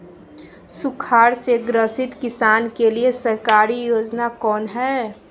सुखाड़ से ग्रसित किसान के लिए सरकारी योजना कौन हय?